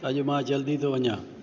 अॼु मां जल्दी थो वञा